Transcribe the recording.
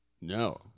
No